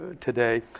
today